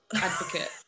advocate